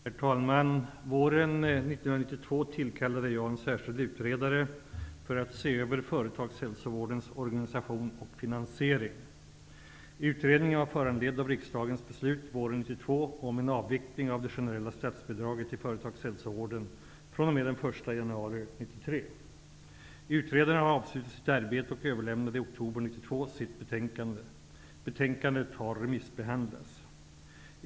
Herr talman! Våren 1992 tillkallade jag en särskild utredare för att se över företagshälsovårdens organisation och finansiering. Utredningen var föranledd av riksdagens beslut våren 1992 om en avveckling av det generella statsbidraget till företagshälsovården fr.o.m. den 1 januari 1993. Utredaren har avslutat sitt arbete och överlämnade i oktober 1992 sitt betänkande. Betänkandet har remissbehandlats.